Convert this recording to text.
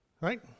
right